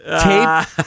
tape